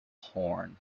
horne